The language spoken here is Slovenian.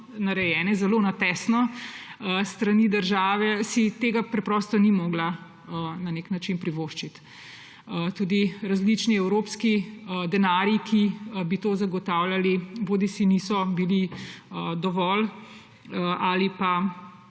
narejene zelo na tesno s strani države, tega preprosto ni mogla privoščiti. Tudi različni evropski denarji, ki bi to zagotavljali, bodisi niso bili dovolj bodisi